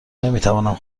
نمیتوانند